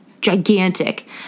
gigantic